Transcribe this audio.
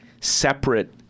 separate